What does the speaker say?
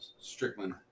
Strickland